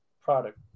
product